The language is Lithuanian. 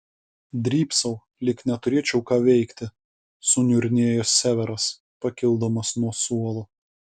drybsau lyg neturėčiau ką veikti suniurnėjo severas pakildamas nuo suolo